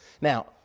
Now